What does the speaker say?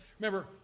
Remember